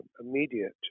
immediate